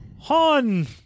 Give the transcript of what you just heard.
Han